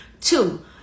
Two-